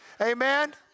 Amen